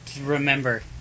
remember